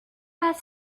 pas